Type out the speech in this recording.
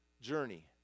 journey